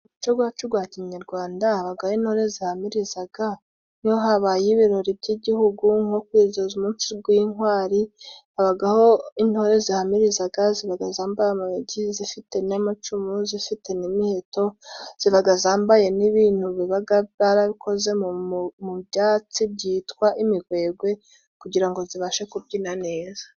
Umuco gwacu gwa kinyarwanda, habagaho intore zihamirizaga, iyo habaye ibirori by'Igihugu nko kwizihiza umunsi gw'intwari, habagaho intore zihamirizaga, zibaga zambaye amayugi zifite n'amacumu zifite n'imiheto, zibaga zambaye n'ibintu bibaga barabikoze mu byatsi byitwa imigwegwe kugira ngo zibashe kubyina neza.